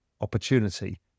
opportunity